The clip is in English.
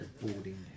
boarding